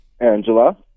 Angela